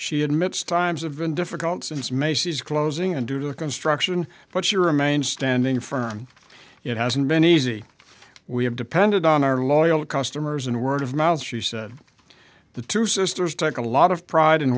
she admits times have been difficult since macy's closing and due to construction but she remained standing firm it hasn't been easy we have depended on our loyal customers and word of mouth she said the two sisters take a lot of pride in